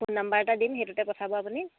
phone number এটা দিম সেইটোতে পঠাব আপুনি